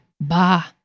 Bah